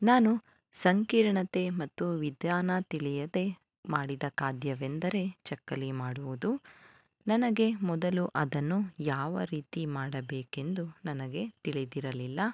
ನಾನು ಸಂಕೀರ್ಣತೆ ಮತ್ತು ವಿಧಾನ ತಿಳಿಯದೆ ಮಾಡಿದ ಖಾದ್ಯವೆಂದರೆ ಚಕ್ಕುಲಿ ಮಾಡುವುದು ನನಗೆ ಮೊದಲು ಅದನ್ನು ಯಾವ ರೀತಿ ಮಾಡಬೇಕೆಂದು ನನಗೆ ತಿಳಿದಿರಲಿಲ್ಲ